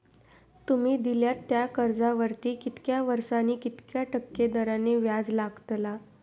तुमि दिल्यात त्या कर्जावरती कितक्या वर्सानी कितक्या टक्के दराने व्याज लागतला?